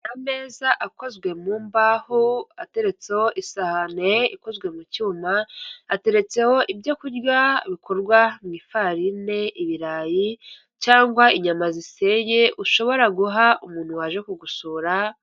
Ameza akozwe mu mbaho ateretseho isahani ikozwe mu cyuma ,ateretseho ibyo kurya bikorwa mu ifarine ibirayi cyangwa inyama ziseye ushobora guha umuntu waje kugusura.